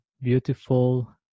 beautiful